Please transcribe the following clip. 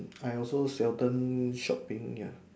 I also seldom shopping ya